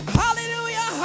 hallelujah